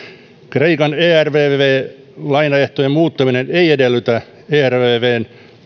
kreikan ervv lainaehtojen muuttaminen ei edellytä ervvn